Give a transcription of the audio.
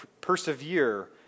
persevere